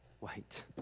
wait